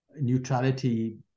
neutrality